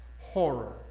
horror